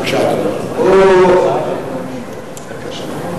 מזל שיש, בבקשה, אדוני.